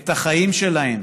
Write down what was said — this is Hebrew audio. את החיים שלהם.